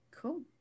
Cool